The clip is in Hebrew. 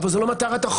אבל זאת לא מטרת החוק.